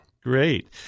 Great